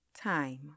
time